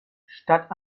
statt